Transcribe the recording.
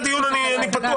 לסדר הדיון אני פתוח,